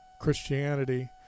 Christianity